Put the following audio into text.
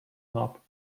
nap